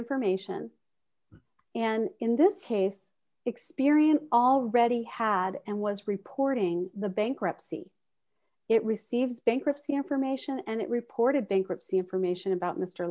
information and in this case experian already had and was reporting the bankruptcy it receives bankruptcy information and it reported bankruptcy information about m